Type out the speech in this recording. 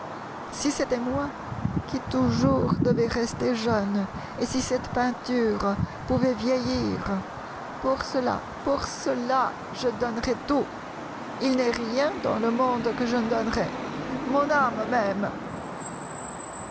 si c'était moi qui toujours devais rester jeune et si cette peinture pouvait vieillir pour cela pour cela je donnerais tout il n'est rien dans le monde que je ne donnerais mon âme même